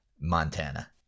Montana